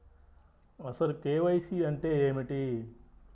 అసలు కే.వై.సి అంటే ఏమిటి?